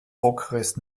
okres